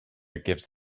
gives